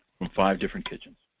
from five different kitchens.